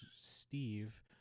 Steve